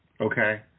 Okay